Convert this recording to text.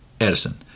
Edison